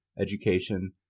education